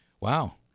Wow